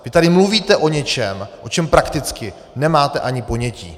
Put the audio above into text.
Vy tady mluvíte o něčem, o čem prakticky nemáte ani ponětí.